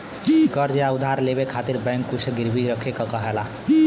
कर्ज़ या उधार लेवे खातिर बैंक कुछ गिरवी रखे क कहेला